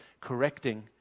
correcting